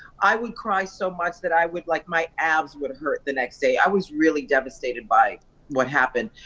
i would cry so much that i would like, my abs would hurt the next day, i was really devastated by what happened.